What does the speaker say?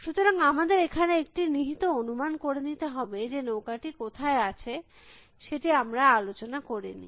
সুতরাং আমাদের এখানে একটা নিহিত অনুমান করে নিতে হবে যে নৌকাটি কোথায় আছে সেটি আমরা আলোচনা করি নি